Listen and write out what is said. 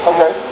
Okay